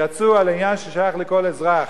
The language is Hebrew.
יצאו על העניין ששייך לכל אזרח,